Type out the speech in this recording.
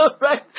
right